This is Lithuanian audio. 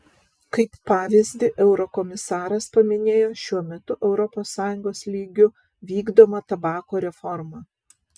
kaip pavyzdį eurokomisaras paminėjo šiuo metu europos sąjungos lygiu vykdomą tabako reformą